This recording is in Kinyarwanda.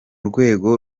rwego